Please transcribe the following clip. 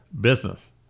business